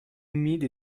humides